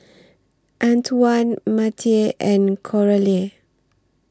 Antwan Mattye and Coralie